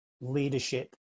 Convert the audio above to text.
leadership